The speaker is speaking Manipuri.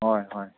ꯍꯣꯏ ꯍꯣꯏ